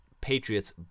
Patriots